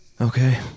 Okay